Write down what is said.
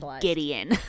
Gideon